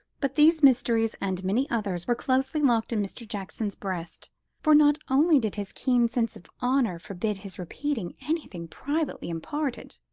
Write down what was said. but these mysteries, and many others, were closely locked in mr. jackson's breast for not only did his keen sense of honour forbid his repeating anything privately imparted,